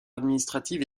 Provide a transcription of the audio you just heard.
administrative